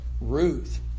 Ruth